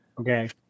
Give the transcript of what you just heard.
Okay